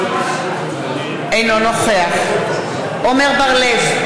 אינו נוכח עמר בר-לב,